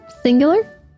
singular